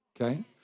Okay